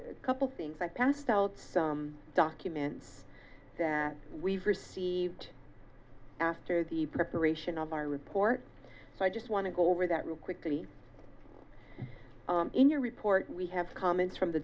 a couple things i passed out some documents that we've received after the preparation of our report so i just want to go over that real quickly in your report we have comments from the